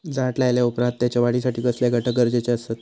झाड लायल्या ओप्रात त्याच्या वाढीसाठी कसले घटक गरजेचे असत?